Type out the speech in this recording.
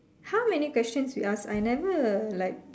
how many questions you ask I never like